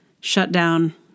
shutdown